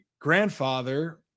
grandfather